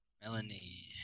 Melanie